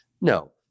No